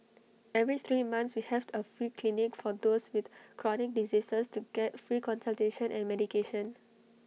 every three months we have A free clinic for those with chronic diseases to get free consultation and medication